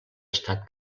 estat